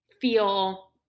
feel